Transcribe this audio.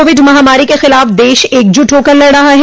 Covid महामारी के खिलाफ देश एकजुट होकर लड़ रहा है